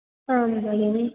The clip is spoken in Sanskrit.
आम् भगिनि